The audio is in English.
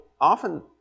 often